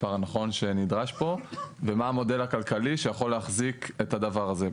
המספר הנכון שנדרש פה ומה המודל הכלכלי שיכול להחזיק את הדבר הזה.